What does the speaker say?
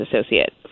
associate